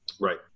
Right